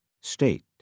State